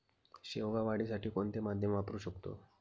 शेवगा वाढीसाठी कोणते माध्यम वापरु शकतो?